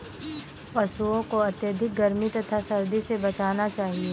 पशूओं को अत्यधिक गर्मी तथा सर्दी से बचाना चाहिए